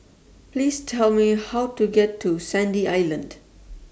Please Tell Me How to get to Sandy Island